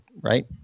right